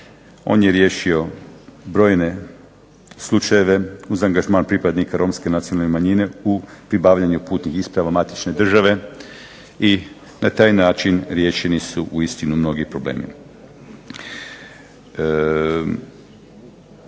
On je riješio brojne slučajeve uz angažman pripadnika romske nacionalne manjine u pribavljanju putnih isprava matične države i na taj način riješeni su uistinu mnogi problemi.